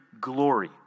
glory